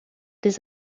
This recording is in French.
des